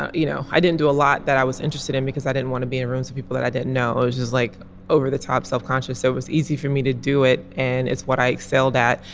you know i didn't do a lot. that i was interested in because i didn't want to be around so people that i didn't know i was just like over-the-top self-conscious. so it was easy for me to do it. and it's what i excelled at.